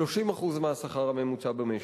30% מהשכר הממוצע במשק.